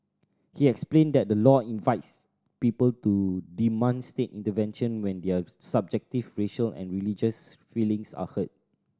he explained that the law invites people to demand state intervention when their subjective racial and religious feelings are hurt